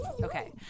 Okay